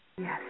Yes